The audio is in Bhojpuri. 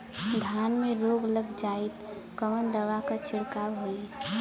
धान में रोग लग जाईत कवन दवा क छिड़काव होई?